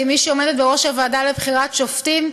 כמי שעומדת בראש הוועדה לבחירת שופטים: